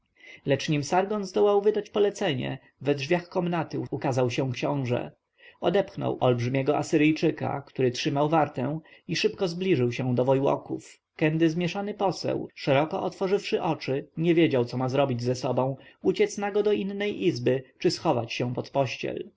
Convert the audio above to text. lecz nim sargon zdążył wydać polecenie we drzwiach komnaty ukazał się książę odepchnął olbrzymiego asyryjczyka który trzymał wartę i szybko zbliżył się do wojłoków kędy zmieszany poseł szeroko otworzywszy oczy nie wiedział co robić ze sobą uciec nago do innej izby czy schować się pod pościel